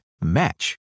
match